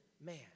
man